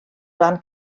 ran